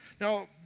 Now